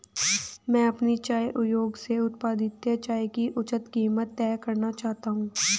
मैं अपने चाय उद्योग से उत्पादित चाय की उचित कीमत तय करना चाहता हूं